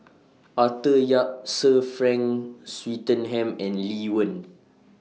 Arthur Yap Sir Frank Swettenham and Lee Wen